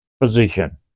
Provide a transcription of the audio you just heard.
position